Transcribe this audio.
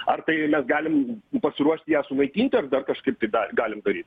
ar tai mes galim pasiruošt ją sunaikinti ar dar kažkaip tai dar galim daryt